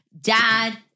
Dad